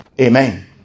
Amen